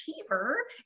achiever